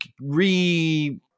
re